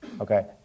Okay